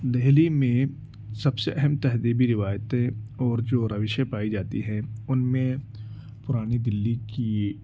دلی میں سب سے اہم تہذیبی روایتیں اور جو روشیں پائی جاتی ہیں ان میں پرانی دلی کی